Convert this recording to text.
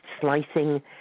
slicing